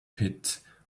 pit